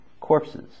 corpses